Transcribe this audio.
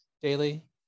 daily